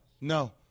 no